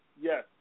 yes